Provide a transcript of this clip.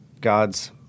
God's